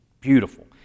Beautiful